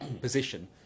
position